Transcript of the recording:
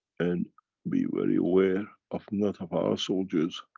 and be very aware, of not of our soldiers,